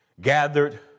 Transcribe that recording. gathered